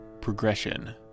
Progression